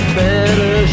better